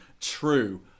true